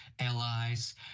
allies